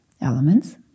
elements